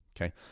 Okay